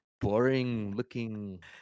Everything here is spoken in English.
boring-looking